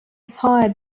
fire